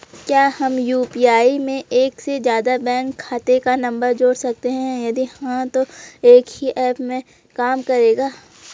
क्या हम यु.पी.आई में एक से ज़्यादा बैंक खाते का नम्बर जोड़ सकते हैं यदि हाँ तो एक ही ऐप में काम करेगा?